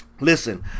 Listen